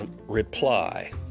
reply